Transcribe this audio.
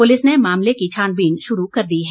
police ने मामले की छानबीन शुरू कर दी है